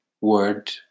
word